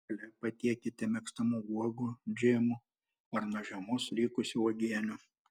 šalia patiekite mėgstamų uogų džemų ar nuo žiemos likusių uogienių